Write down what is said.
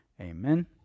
Amen